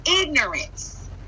ignorance